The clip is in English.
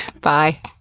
Bye